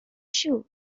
shoe